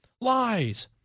Lies